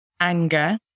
anger